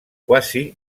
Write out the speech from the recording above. quasi